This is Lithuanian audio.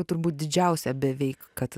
turbūt didžiausia beveik kad